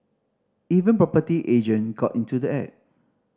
even property agent got into the act